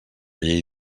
llei